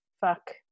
fuck